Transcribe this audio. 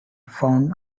found